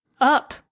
up